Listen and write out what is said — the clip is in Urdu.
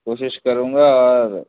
کوشش کروں گا اور